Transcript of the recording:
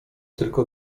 tylko